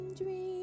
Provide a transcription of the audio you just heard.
dream